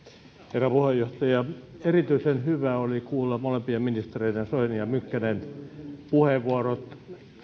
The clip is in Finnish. herra puheenjohtaja erityisen hyvä oli kuulla molempien ministereiden soinin ja mykkäsen puheenvuorot